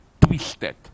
twisted